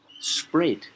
spread